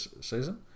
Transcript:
season